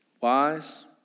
wise